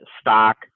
stock